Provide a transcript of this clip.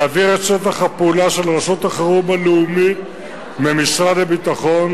להעביר את שטח הפעולה של רשות החירום הלאומית ממשרד הביטחון